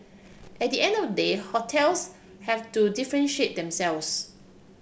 at the end of the day hotels have to differentiate themselves